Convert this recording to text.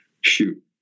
Shoot